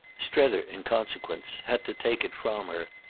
strether, in consequence, had to take it from her,